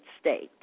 States